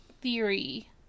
theory